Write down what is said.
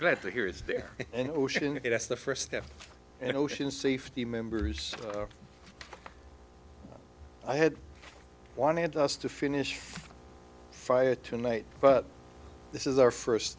glad to hear is there an ocean that's the first step in ocean safety members i had wanted us to finish fire tonight but this is our first